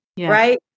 right